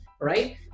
Right